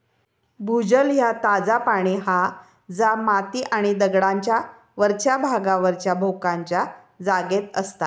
भूजल ह्या ताजा पाणी हा जा माती आणि दगडांच्या वरच्या भागावरच्या भोकांच्या जागेत असता